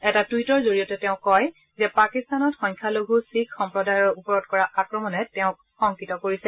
এটা টুইটৰ জৰিয়তে তেওঁ কয় যে পাকিস্তানত সংখ্যালঘু শিখ সম্প্ৰদায়ৰ ওপৰত কৰা আক্ৰমণে তেওঁক শংকিত কৰিছে